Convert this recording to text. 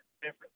different